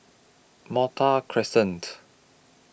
Malta Crescent